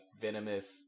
venomous